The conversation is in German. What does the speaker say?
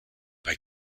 bei